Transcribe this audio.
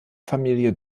familie